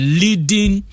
leading